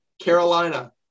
carolina